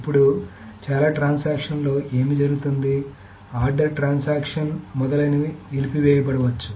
ఇప్పుడుచాలా transactions లో ఏమి జరుగుతుంది ఆర్డర్ ట్రాన్సాక్షన్ మొదలైనవి నిలిపివేయి బడవచ్చు